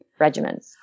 regimens